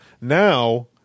Now